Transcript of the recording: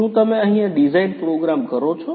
શું તમે અહિયાં ડિઝાઇન પ્રોગ્રામ કરો છો